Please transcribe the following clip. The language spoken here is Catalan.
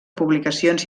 publicacions